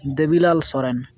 Debilal Soren